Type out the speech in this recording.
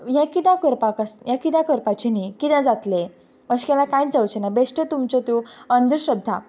हें किद्याक करपाक आस हें किद्याक करपाचें न्ही किदें जातलें अशें केल्यार कांय जावचें ना बेश्टे तुमच्यो त्यो अंधश्रद्धा